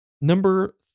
number